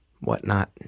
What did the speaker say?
whatnot